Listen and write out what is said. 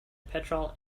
petrol